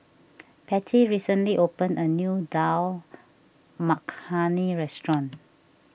Pattie recently opened a new Dal Makhani restaurant